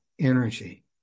energy